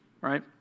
right